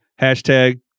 hashtag